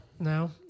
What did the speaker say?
No